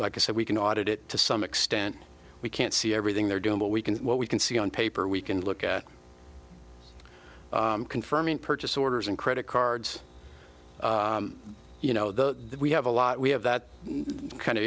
like a so we can audit it to some extent we can't see everything they're doing what we can what we can see on paper we can look at confirming purchase orders and credit cards you know that we have a lot we have that kind of